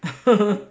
(uh huh)